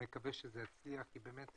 מקווה שזה יצליח כי אנחנו,